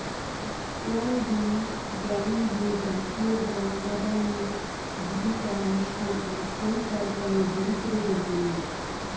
world bank দিয়ে জাতীয় গড়ামিন জীবিকা মিশন এক পরিকল্পনা দরিদ্রদের জন্য